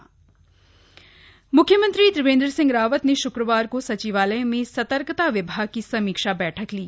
मुख्यमंत्री बैठक म्ख्यमंत्री त्रिवेन्द्र सिंह रावत ने शुक्रवार को सचिवालय में सतर्कता विभाग की समीक्षा बैठक ली